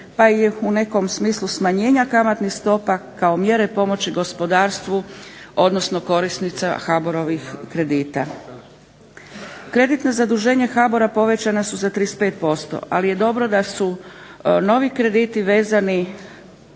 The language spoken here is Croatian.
pa i u nekom smislu smanjenja kamatnih stopa kao mjere pomoći gospodarstvu odnosno korisnica HBOR-ovih kredita. Kreditna zaduženja HBOR-a povećana su za 35%, ali je dobro da su novi krediti vezani